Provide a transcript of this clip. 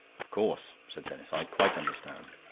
of course, said denis. i quite understand.